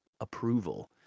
approval